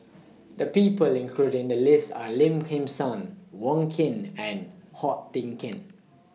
The People included in The list Are Lim Kim San Wong Keen and Ko Teck Kin